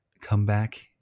comeback